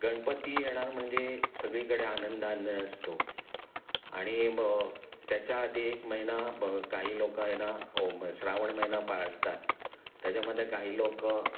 गणपती येणार म्हणजे सगळीकडे आनंदान असतो आणि ब त्याच्या आधी एक महिना ब काही लोकं आहे ना श्रावण महिना पाळतात त्याच्यामध्ये काही लोकं